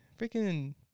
freaking